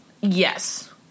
Yes